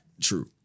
True